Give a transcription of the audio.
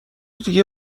دیگه